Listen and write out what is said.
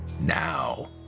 Now